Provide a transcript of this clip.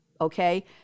okay